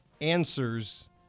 answers